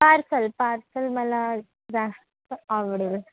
parcel parcel मला जास्त आवडेल